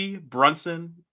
Brunson